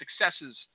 successes